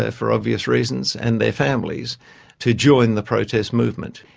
ah for obvious reasons, and their families to join the protest movement,